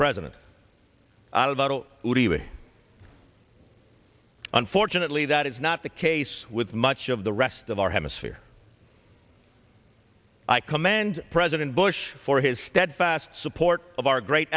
doing unfortunately that is not the case with much of the rest of our hemisphere i commend president bush for his steadfast support of our great